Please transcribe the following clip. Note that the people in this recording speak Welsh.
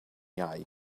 iau